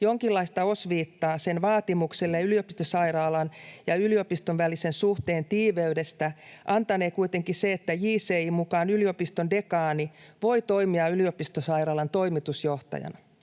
jonkinlaista osviittaa sen vaatimukselle yliopistosairaalan ja yliopiston välisen suhteen tiiviydestä antanee kuitenkin se, että JCI:n mukaan yliopiston dekaani voi toimia yliopistosairaalan toimitusjohtajana.